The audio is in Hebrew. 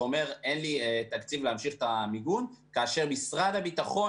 ואומר: אין לי תקציב להמשיך את המיגון כאשר משרד הביטחון